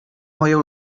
moja